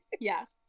Yes